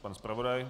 Pan zpravodaj?